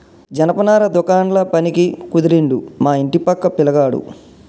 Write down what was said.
జనపనార దుకాండ్ల పనికి కుదిరిండు మా ఇంటి పక్క పిలగాడు